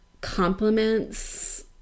compliments